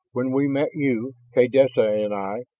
when we met you, kaydessa and i,